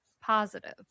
positive